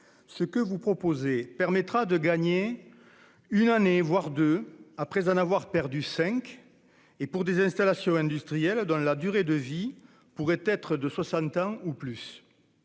Ce que vous proposez permettra de gagner une année, voire deux, après en avoir perdu cinq, et ce pour des installations industrielles dont la durée de vie pourrait être de soixante ans ou plus.